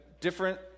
different